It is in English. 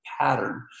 pattern